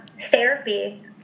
therapy